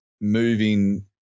Moving